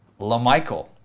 LaMichael